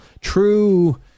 True